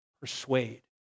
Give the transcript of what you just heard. persuade